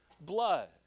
blood